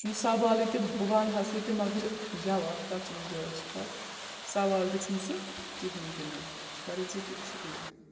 سُہ چھُ نہٕ سوالٕے تہِ بہٕ وَنہا سُہ تہِ مگر جَواب کَتھ چھُ وَنۍ ضوٚرَتھ سُہ تَتھ سوال تہِ چھُنہٕ سُہ کِہیٖنۍ تہِ نہٕ غرض یہِ کہِ شُکریہ